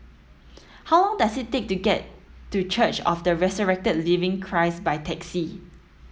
how long does it take to get to Church of the Resurrected Living Christ by taxi